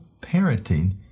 parenting